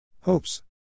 Hopes